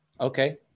Okay